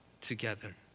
together